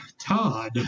Todd